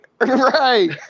Right